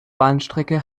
bahnstrecke